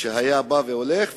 שהיה הולך וחוזר,